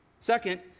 Second